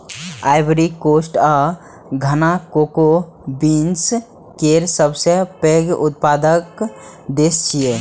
Ivory Coast आ Ghana cocoa beans केर सबसं पैघ उत्पादक देश छियै